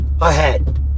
ahead